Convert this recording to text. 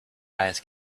eyes